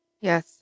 Yes